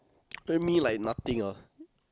you and me like nothing ah